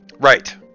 Right